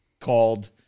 called